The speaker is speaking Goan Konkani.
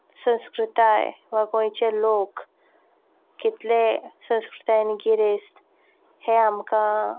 संस्कृताय वा गोंयचे लोक कितले संस्कृतायेन गिरेस्त हें आमकां